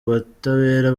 butabera